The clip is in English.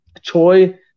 Choi